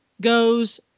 goes